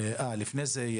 לפני כן,